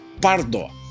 Pardo